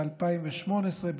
ב-2018,